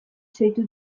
zaitut